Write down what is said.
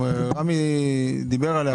רמי דיבר עליה.